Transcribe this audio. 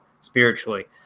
spiritually